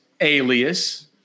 Alias